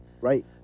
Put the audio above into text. Right